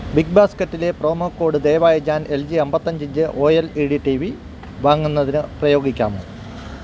big ബാസ്ക്കറ്റിലെ promo code ദയവായി ഞാൻ എൽ ജി അൻപത്തിയഞ്ച് inch O L E D T V വാങ്ങുന്നതിന് പ്രയോഗിക്കാനാകുമോ